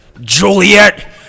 Juliet